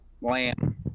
lamb